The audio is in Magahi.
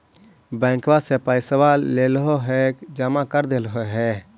बैंकवा से पैसवा लेलहो है जमा कर देलहो हे?